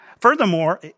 Furthermore